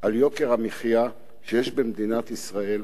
על יוקר המחיה, ויש במדינת ישראל